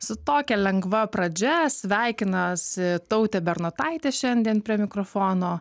su tokia lengva pradžia sveikinasi tautė bernotaitė šiandien prie mikrofono